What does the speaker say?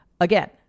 Again